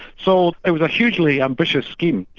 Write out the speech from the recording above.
so it was a hugely ambitious scheme,